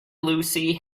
lucy